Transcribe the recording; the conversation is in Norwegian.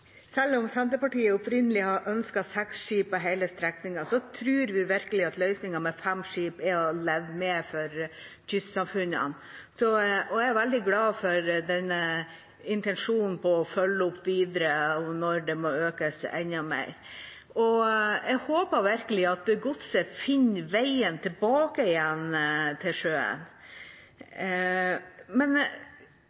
Selv om Senterpartiet opprinnelig ønsket seks skip på hele strekningen, tror vi virkelig at løsningen med fem skip er til å leve med for kystsamfunnene. Jeg er veldig glad for intensjonen om å følge opp videre hvis det må økes enda mer. Jeg håper virkelig at godset finner veien tilbake til sjøen.